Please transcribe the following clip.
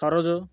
Saroj